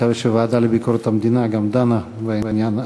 ואני מקווה שהוועדה לביקורת המדינה גם דנה בעניין.